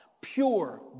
pure